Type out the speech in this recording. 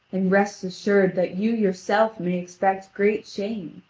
and rest assured that you yourself may expect great shame,